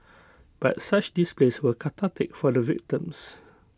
but such displays were cathartic for the victims